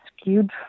skewed